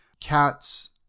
Cats